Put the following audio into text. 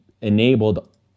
enabled